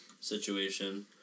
situation